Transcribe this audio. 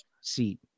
seat